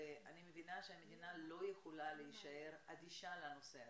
ואני מבינה שהמדינה לא יכולה להישאר אדישה לנושא הזה,